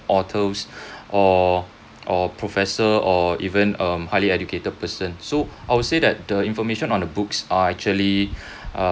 authors or or professor or even um highly educated person so I would say that the information on the books are actually